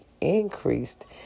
increased